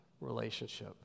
relationship